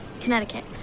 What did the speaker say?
Connecticut